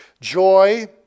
Joy